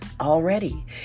already